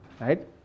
right